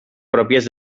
pròpies